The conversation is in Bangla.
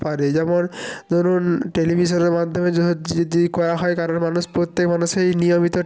পারে যেমন ধরুন টেলিভিশনের মাধ্যমে যদি করা হয় কারণ মানুষ প্রত্যেক মানুষেরই নিয়মিত